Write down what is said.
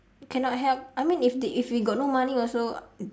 cannot help I mean if they if we got no money also